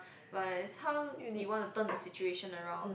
but it's how you want to turn the situation around